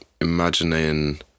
imagining